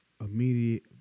immediate